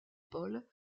paul